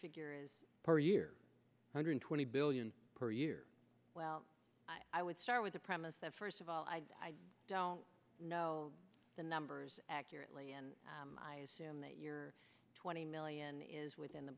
figure is per year hundred twenty billion per year well i would start with the premise that first of all i don't know the numbers accurately and i assume that your twenty million is within the